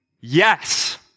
Yes